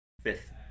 fifth